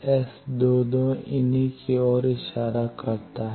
S 22 इन्हीं की ओर इशारा करता है